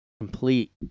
complete